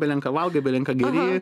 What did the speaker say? belenką valgai belinką geri